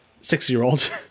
six-year-old